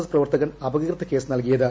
S പ്രവർത്തകർ അപകീർത്തി case നൽകിയത്